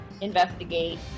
investigate